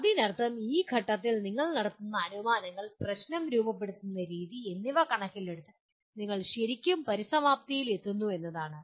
അതിനർത്ഥം ഈ ഘട്ടത്തിൽ നിങ്ങൾ നടത്തുന്ന അനുമാനങ്ങൾ പ്രശ്നം രൂപപ്പെടുത്തുന്ന രീതി എന്നിവ കണക്കിലെടുത്ത് നിങ്ങൾ ശരിക്കും പരിസമാപ്തിയിൽ എത്തുന്നുവെന്നാണ്